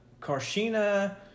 Karshina